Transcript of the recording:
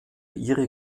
ihre